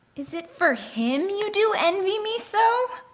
is it for him you do envy me so?